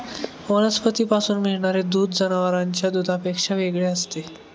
वनस्पतींपासून मिळणारे दूध जनावरांच्या दुधापेक्षा वेगळे असते